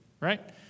right